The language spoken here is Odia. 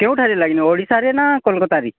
କେଉଁଠାରେ ଲାଗି ଓଡ଼ିଶାରେ ନା କଲକତାରେ